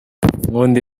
nkunda